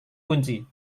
kunci